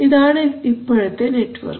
ഇതാണ് ഇപ്പോഴത്തെ നെറ്റ്വർക്ക്